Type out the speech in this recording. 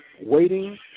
waiting